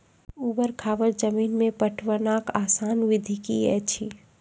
ऊवर खाबड़ जमीन मे पटवनक आसान विधि की ऐछि?